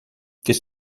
qu’est